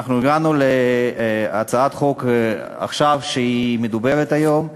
הגענו להצעת חוק שמדברים עליה היום,